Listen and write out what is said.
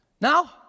now